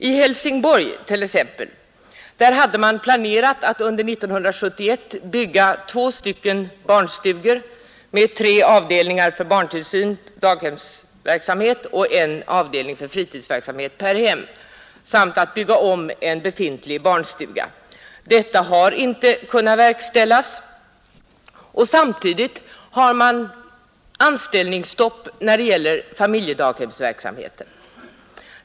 I Helsingborg hade man planerat att under 1971 bygga två barnstugor med tre avdelningar för barntillsyn — daghemsverksamhet — och en avdelning för fritidsverksamhet per hem samt att bygga om en befintlig barnstuga. Dessa planer har inte kunnat verkställas, och samtidigt har man infört anställningsstopp när det gäller familjedaghemsverksamheten.